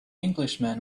englishman